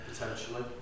potentially